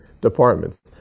departments